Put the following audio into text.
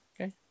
Okay